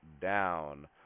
down